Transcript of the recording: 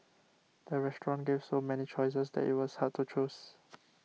the restaurant gave so many choices that it was hard to choose